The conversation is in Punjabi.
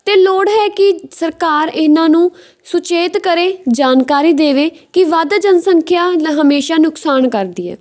ਅਤੇ ਲੋੜ ਹੈ ਕਿ ਸਰਕਾਰ ਇਹਨਾਂ ਨੂੰ ਸੁਚੇਤ ਕਰੇ ਜਾਣਕਾਰੀ ਦੇਵੇ ਕਿ ਵੱਧ ਜਨਸੰਖਿਆ ਹਮੇਸ਼ਾ ਨੁਕਸਾਨ ਕਰਦੀ ਹੈ